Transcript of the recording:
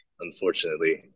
unfortunately